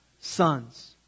sons